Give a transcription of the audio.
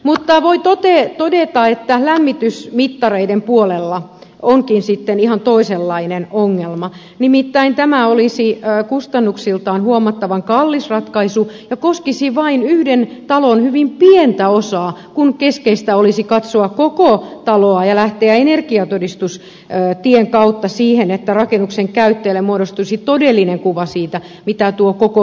mutta voi todeta että lämmitysmittareiden puolella onkin sitten ihan toisenlainen ongelma nimittäin tämä olisi kustannuksiltaan huomattavan kallis ratkaisu ja koskisi vain yhden talon hyvin pientä osaa kun keskeistä olisi katsoa koko taloa ja lähteä energiatodistustien kautta siihen että rakennuksen käyttäjälle muodostuisi todellinen kuva siitä mitä tuo koko rakennus kuluttaa